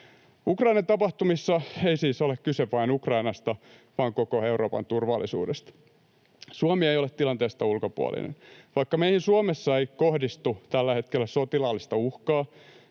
Ukrainan tapahtumissa ei siis ole kyse vain Ukrainasta vaan koko Euroopan turvallisuudesta. Suomi ei ole tilanteesta ulkopuolinen. Vaikka meihin Suomessa ei kohdistu tällä hetkellä sotilaallista uhkaa,